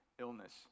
illness